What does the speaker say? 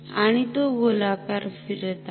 आणि तो गोलाकार फिरत आहे